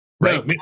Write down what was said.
Right